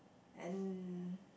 and